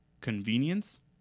convenience